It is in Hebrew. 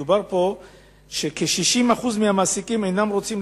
אומרים פה ש-60% מהמעסיקים אינם רוצים